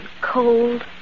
cold